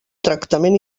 tractament